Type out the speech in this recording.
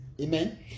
Amen